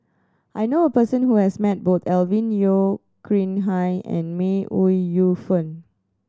I know a person who has met both Alvin Yeo Khirn Hai and May Ooi Yu Fen